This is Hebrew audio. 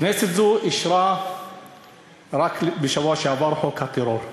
כנסת זו אישרה רק בשבוע שעבר את חוק הטרור.